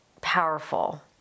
powerful